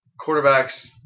quarterbacks